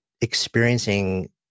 experiencing